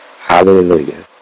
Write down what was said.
Hallelujah